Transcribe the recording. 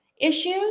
issues